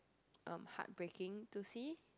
um heartbreaking to see